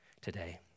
today